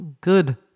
Good